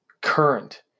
current